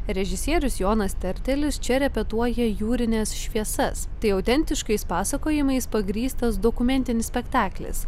režisierius jonas tertelis čia repetuoja jūrines šviesas tai autentiškais pasakojimais pagrįstas dokumentinis spektaklis